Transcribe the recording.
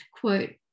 quote